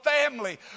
family